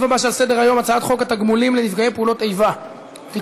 לסעיף הבא שעל סדר-היום: הצעת חוק התגמולים לנפגעי פעולות איבה (תיקון,